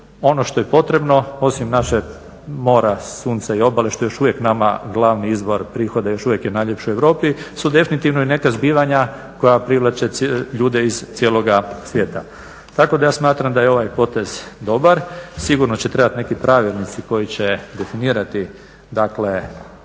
ono što je potrebno osim našeg mora, sunca i obale, što je još uvijek nama glavni izvor prihoda, još uvijek je najljepše u Europi, su definitivno i neka zbivanja koja privlače ljude iz cijeloga svijeta. Tako da ja smatram da je ovaj potez dobar, sigurno će trebat neki pravilnici koji će definirati koji